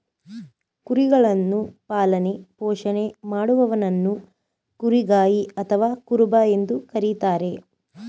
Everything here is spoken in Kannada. ಕುರಿಗಳನ್ನು ಪಾಲನೆ ಪೋಷಣೆ ಮಾಡುವವನನ್ನು ಕುರಿಗಾಯಿ ಅಥವಾ ಕುರುಬ ಎಂದು ಕರಿತಾರೆ